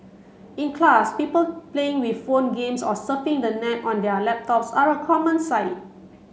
in class people playing with phone games or surfing the net on their laptops are a common sight